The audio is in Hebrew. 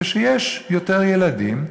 כשיש יותר ילדים,